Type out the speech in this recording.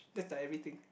that's like everything